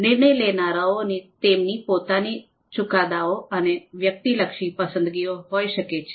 નિર્ણય લેનારાઓની તેમની પોતાની ચુકાદાઓ અને વ્યક્તિલક્ષી પસંદગીઓ હોય શકે છે